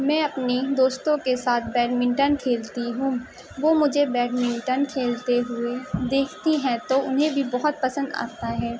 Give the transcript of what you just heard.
میں اپنی دوستوں کے ساتھ بیڈمنٹن کھیلتی ہوں وہ مجھے بیڈمنٹن کھیلتے ہوئے دیکھتی ہیں تو انہیں بھی بہت پسند آتا ہے